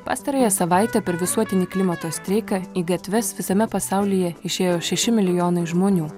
pastarąją savaitę per visuotinį klimato streiką į gatves visame pasaulyje išėjo šeši milijonai žmonių